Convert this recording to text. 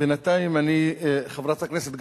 בינתיים, חברת הכנסת גלאון,